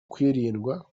kwirindwa